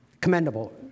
commendable